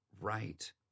right